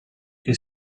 che